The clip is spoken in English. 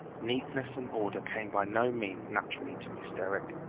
neatness and order came by no means naturally to miss derrick,